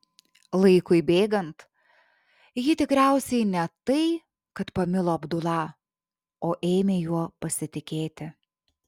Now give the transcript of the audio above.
laikui bėgant ji tikriausiai ne tai kad pamilo abdula o ėmė juo pasitikėti